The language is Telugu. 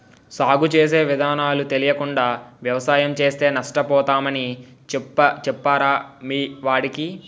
సాగు చేసే విధానాలు తెలియకుండా వ్యవసాయం చేస్తే నష్టపోతామని చెప్పరా మీ వాడికి